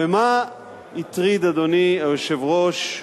ומה הטריד, אדוני היושב-ראש?